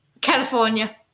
California